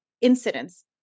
incidents